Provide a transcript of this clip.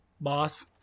Boss